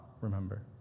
remember